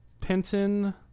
Penton